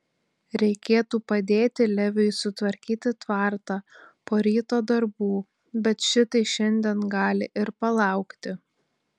reikėtų padėti leviui sutvarkyti tvartą po ryto darbų bet šitai šiandien gali ir palaukti